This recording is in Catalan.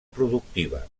productiva